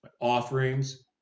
offerings